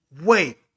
Wait